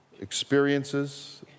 experiences